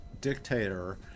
dictator